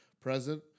present